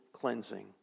cleansing